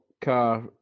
car